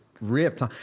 ripped